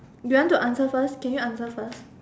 you want to answer first can you answer first